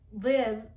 live